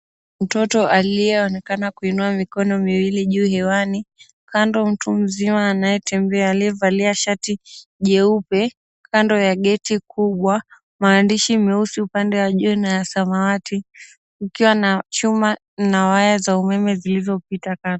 Mtoto aliyeonekana kuinua mikono miwili juu hewani. Kando mtu mzima anayetembea aliyevalia shati jeupe. Kando ya geti kubwa maandishi meusi upande wa juu na ya samawati. Kukiwa na chuma na waya za umeme zilizopita hapo.